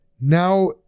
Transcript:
now